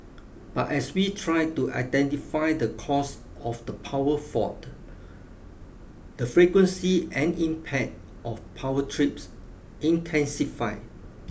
but as we tried to identify the cause of the power fault the frequency and impact of power trips intensified